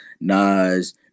Nas